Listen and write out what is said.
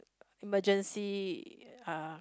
emergency uh